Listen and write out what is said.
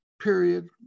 period